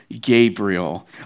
Gabriel